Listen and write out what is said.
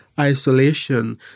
isolation